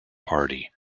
party